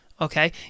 okay